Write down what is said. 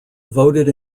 voted